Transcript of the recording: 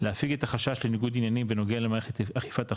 להפיג את החשש לניגוד עניינים בנוגע למערכת אכיפת החוק,